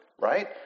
right